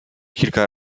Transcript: kilka